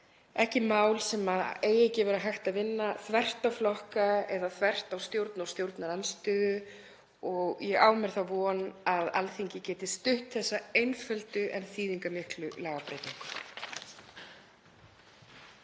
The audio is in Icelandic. sé mál sem eigi ekki að vera hægt að vinna þvert á flokka eða þvert á stjórn og stjórnarandstöðu og ég á mér þá von að Alþingi geti stutt þessa einföldu en þýðingarmiklu lagabreytingu.